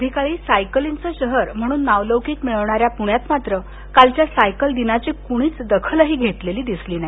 कधी काळी सायकलींचं शहर म्हणून नावलौकिक मिळवणाऱ्या पुण्यात मात्र कालच्या सायकल दिनाची कुणीच दखलही घेतलेली दिसली नाही